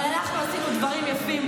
אבל אנחנו עשינו דברים יפים.